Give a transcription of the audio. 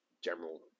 general